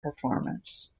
performance